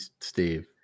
Steve